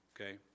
okay